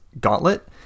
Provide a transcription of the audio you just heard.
gauntlet